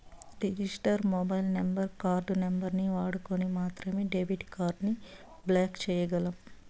register mobile number, card నంబరుని వాడుకొని మాత్రమే డెబిట్ కార్డుని బ్లాక్ చేయ్యగలం